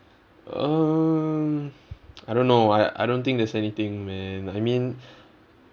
um I don't know I I don't think there's anything man I mean